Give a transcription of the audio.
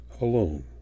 alone